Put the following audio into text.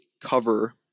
cover